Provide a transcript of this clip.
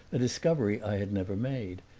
a discovery i had never made,